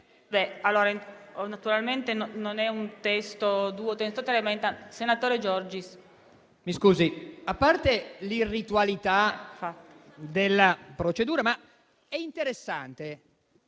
a parte l'irritualità della procedura, è interessante